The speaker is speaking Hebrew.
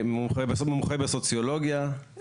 מומחה בסוציולוגיה,